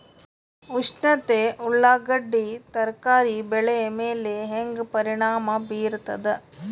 ಉಷ್ಣತೆ ಉಳ್ಳಾಗಡ್ಡಿ ತರಕಾರಿ ಬೆಳೆ ಮೇಲೆ ಹೇಂಗ ಪರಿಣಾಮ ಬೀರತದ?